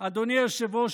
אדוני היושב-ראש,